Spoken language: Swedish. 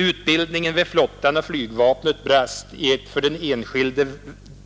Utbildningen vid flottan och flygvapnet brast i ett för den enskilde